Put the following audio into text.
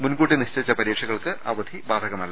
മുൻകൂട്ടി നിശ്ചയിച്ച പരീക്ഷകൾക്ക് അവധി ബാധകമല്ല